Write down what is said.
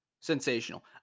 sensational